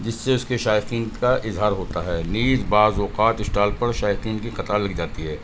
جس سے اس کے شائقین کا اظہار ہوتا ہے نیز بعض اوقات اسٹال پر شائقین کی قطار لگ جاتی ہے